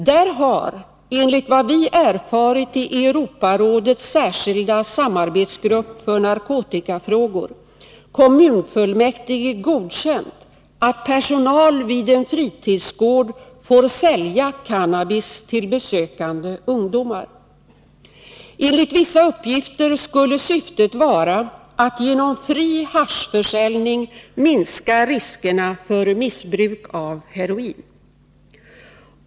Där har, enligt vad vi erfarit i Europarådets särskilda samarbetsgrupp för narkotikafrågor, kommunfullmäktige godkänt att personal vid en fritidsgård får sälja cannabis till besökande ungdomar. Enligt vissa uppgifter skulle syftet vara att genom fri haschförsäljning minska riskerna för missbruk av heroin.